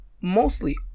mostly